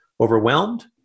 Overwhelmed